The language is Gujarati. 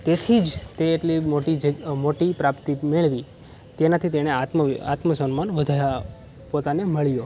તેથી જ તે એટલી મોટી પ્રાપ્તિ મેળવી તેનાથી તેણે આત્મસન્માન પોતાને મળ્યો